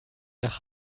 nach